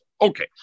Okay